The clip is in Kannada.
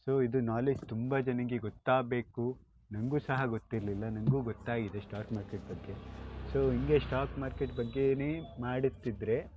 ಸೊ ಇದು ನಾಲೆಜ್ ತುಂಬ ಜನ್ರಿಗೆ ಗೊತ್ತಾಗಬೇಕು ನನಗೂ ಸಹ ಗೊತ್ತಿರಲಿಲ್ಲ ನನಗೂ ಗೊತ್ತಾಗಿದೆ ಸ್ಟಾಕ್ ಮಾರ್ಕೆಟ್ ಬಗ್ಗೆ ಸೊ ಹೀಗೆ ಸ್ಟಾಕ್ ಮಾರ್ಕೆಟ್ ಬಗ್ಗೆನೇ ಮಾಡುತ್ತಿದ್ದರೆ